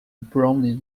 brownian